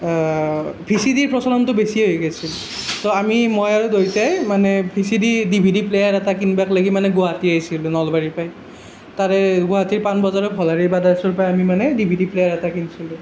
ভিচিডিৰ প্ৰচলনটো বেছি হৈ গৈছিল তো আমি মই আৰু দেউতাই মানে V C D D V D player এটা কিনিবাক লেগি মানে গুৱাহাটী আহিছিলোঁ নলবাৰীৰ পৰাই তাৰে গুৱাহাটীৰ পাণবজাৰৰ ভৰালী বাদাৰ্ছৰ পৰা আমি মানে ডি ভি ডি প্লেয়াৰ এটা কিনিছিলোঁ